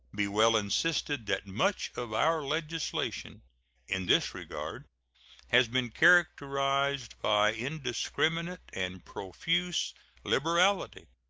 be well insisted that much of our legislation in this regard has been characterized by indiscriminate and profuse liberality.